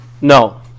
No